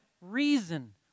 reason